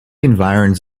environs